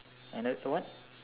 and that what